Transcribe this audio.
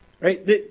Right